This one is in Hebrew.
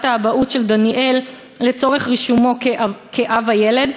האבהות של דניאל לצורך רישומו כאב הילד,